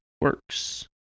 works